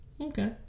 okay